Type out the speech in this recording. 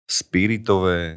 spiritové